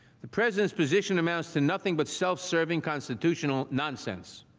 the president position amounts to nothing but self-serving constitutional nonsense.